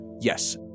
yes